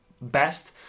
best